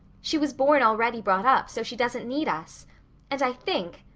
she was born already brought up, so she doesn't need us and i think,